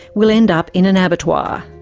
will end up in an an abattoir.